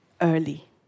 early